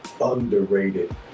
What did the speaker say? underrated